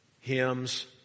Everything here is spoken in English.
hymns